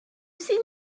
seen